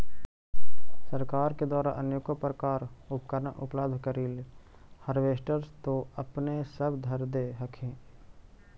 सरकार के द्वारा अनेको प्रकार उपकरण उपलब्ध करिले हारबेसटर तो अपने सब धरदे हखिन?